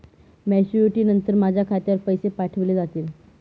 Maturity नंतर माझ्या खात्यावर पैसे पाठविले जातील?